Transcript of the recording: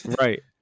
right